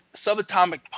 subatomic